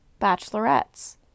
bachelorettes